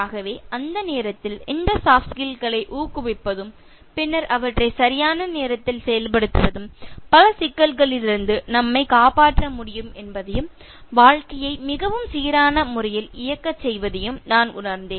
ஆகவே அந்த நேரத்தில் இந்த சாஃப்ட் ஸ்கில்ஸ் களை ஊக்குவிப்பதும் பின்னர் அவற்றை சரியான நேரத்தில் செயல்படுத்துவதும் பல சிக்கல்களிலிருந்து நம்மைக் காப்பாற்ற முடியும் என்பதையும் வாழ்க்கையை மிகவும் சீரான முறையில் இயக்கச் செய்வதையும் நான் உணர்ந்தேன்